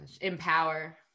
Empower